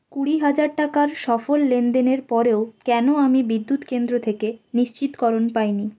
কুড়ি হাজার টাকার সফল লেনদেনের পরেও কেন আমি বিদ্যুৎ কেন্দ্র থেকে নিশ্চিতকরণ পাইনি